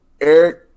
Eric